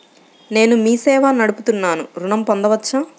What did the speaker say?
నేను మీ సేవా నడుపుతున్నాను ఋణం పొందవచ్చా?